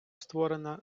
створена